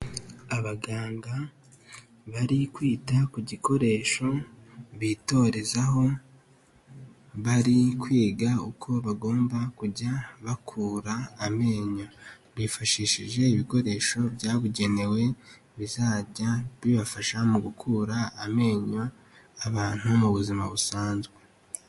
Abaganga bari kwita ku gikoresho bitorezaho bari kwiga uko bagomba kujya bakura amenyo bifashishije ibikoresho byabugenewe bizajya bibafasha mu gukura amenyo abantu mu buzima busanzwe.